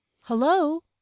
Hello